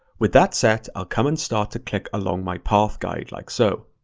with that set, i'll come and start to click along my path guide like so.